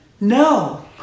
no